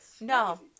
No